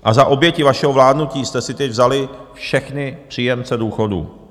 A za oběti vašeho vládnutí jste si teď vzali všechny příjemce důchodů.